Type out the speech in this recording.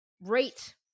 rate